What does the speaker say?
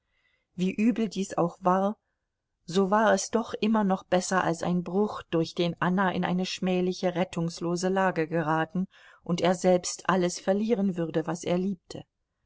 wie übel dies auch war so war es doch immer noch besser als ein bruch durch den anna in eine schmähliche rettungslose lage geraten und er selbst alles verlieren würde was er liebte